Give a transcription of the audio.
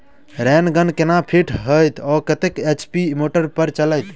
Rain gun केना fit हेतइ आ कतेक एच.पी मोटर पर चलतै?